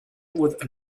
with